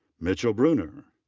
mitchell bruner.